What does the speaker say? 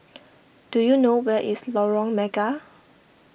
do you know where is Lorong Mega